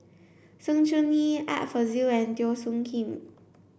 Sng Choon Yee Art Fazil and Teo Soon Kim